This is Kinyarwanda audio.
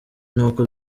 nuko